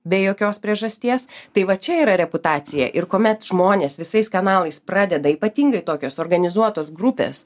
be jokios priežasties tai va čia yra reputacija ir kuomet žmonės visais kanalais pradeda ypatingai tokios organizuotos grupės